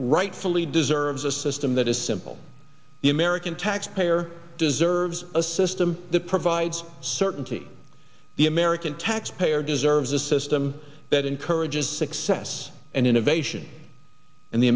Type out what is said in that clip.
rightfully deserves a system that is simple the american taxpayer deserves a system that provides certainty the american taxpayer deserves a system that encourages success and innovation and the